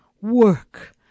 work